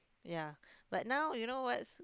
ya but now you know what's